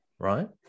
right